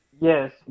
Yes